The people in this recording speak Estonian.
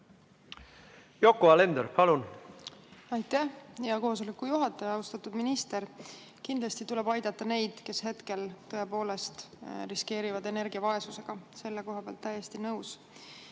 Yoko Alender, palun! Aitäh, hea koosoleku juhataja! Austatud minister! Kindlasti tuleb aidata neid, kes hetkel tõepoolest riskeerivad energiavaesusega, selle koha pealt täiesti nõus.